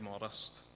modest